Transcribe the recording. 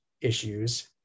issues